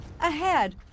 ahead